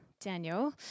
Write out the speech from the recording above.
Daniel